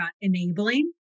enabling